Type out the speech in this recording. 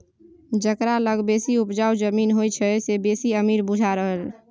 जकरा लग बेसी उपजाउ जमीन होइ छै से बेसी अमीर बुझा रहल